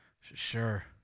Sure